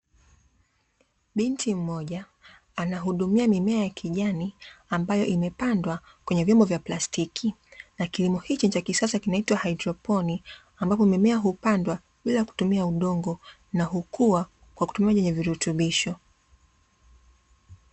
Binti mmoja, anahudumia mimea ya kijani ambayo imepandwa kwenye vyombo ya plastiki na kilimo hiki cha kisasa kinaitwa haidroponi, ambapo mimea hupandwa bila kutumia udongo na hukua kwa kutumia maji ya virutubisho.